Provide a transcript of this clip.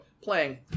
playing